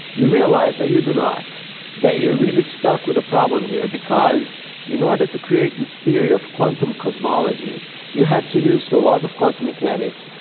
you realise that you do not that you are really stuck with a problem here because in order to create this theory of quantum cosmology you had to use the laws of quantum mechanics,